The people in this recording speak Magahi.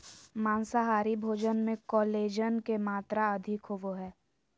माँसाहारी भोजन मे कोलेजन के मात्र अधिक होवो हय